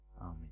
Amen